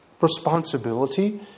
responsibility